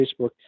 Facebook